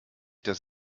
das